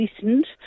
listened